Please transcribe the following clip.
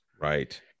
right